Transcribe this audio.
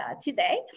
today